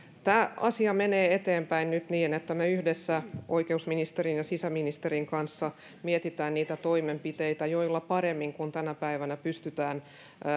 tämä asia menee eteenpäin nyt niin että me yhdessä oikeusministerin ja sisäministerin kanssa mietimme niitä toimenpiteitä joilla paremmin kuin tänä päivänä pystytään